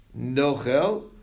nochel